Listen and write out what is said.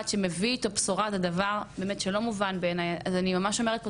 שמביא את הבשורה זה דבר באמת שלא מובן בעיניי אז אני ממש אומרת פה